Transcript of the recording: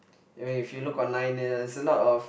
and when if you look online there's a lot of